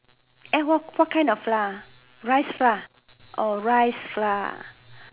eh what what kind of flour ah rice flour oh rice flour